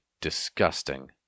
disgusting